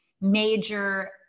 major